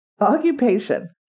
Occupation